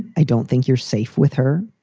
i don't think you're safe with her.